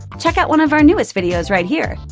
check out one of our newest videos right here!